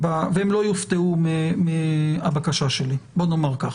והם לא יופתעו מהבקשה לי, בואו נאמר ככה.